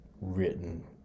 written